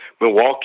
Milwaukee